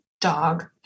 dog